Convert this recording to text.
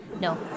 No